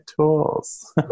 tools